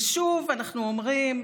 ושוב אנחנו אומרים,